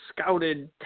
scouted